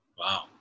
Wow